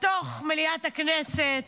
בתוך מליאת הכנסת